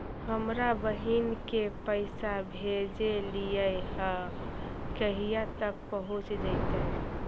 हमरा बहिन के पैसा भेजेलियै है कहिया तक पहुँच जैतै?